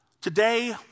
Today